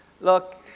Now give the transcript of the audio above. Look